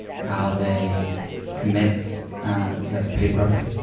how they commit. um and that's a paid project?